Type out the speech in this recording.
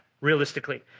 realistically